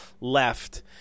left